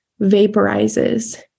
vaporizes